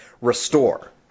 restore